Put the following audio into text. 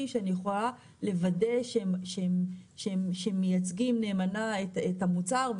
שאני יכולה לוודא שהם מייצגים נאמנה את המוצר,